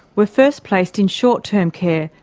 were first placed in short-term care,